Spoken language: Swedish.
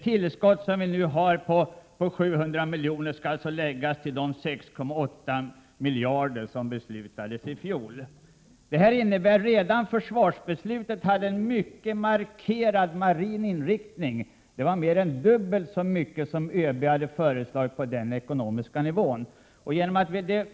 Tillskottet på 700 milj.kr. skall alltså läggas till de 6,8 miljarder kronor i tillskott som man fattade beslut om i fjol. Redan försvarsbeslutet hade en mycket markerad marin inriktning, nämligen dubbelt så stort tillskott som ÖB hade föreslagit på motsvarande ekonomiska nivå för försvaret.